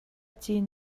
cin